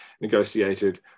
negotiated